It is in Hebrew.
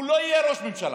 הוא לא יהיה ראש ממשלה.